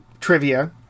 trivia